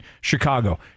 Chicago